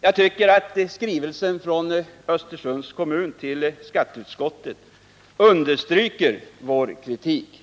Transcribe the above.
Jag tycker att skrivelsen från Östersunds kommun till skatteutskottet Nr 148 understryker det berättigade i vår kritik.